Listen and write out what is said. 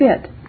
fit